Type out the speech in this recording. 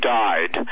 died